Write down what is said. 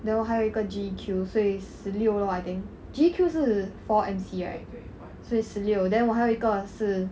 then 我还有一个 G_E_Q 所以十六 lor I think G_E_Q 是 four M_C right 所以十六 then 我还有一个是